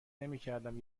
نمیکردم